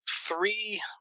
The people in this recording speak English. three